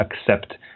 accept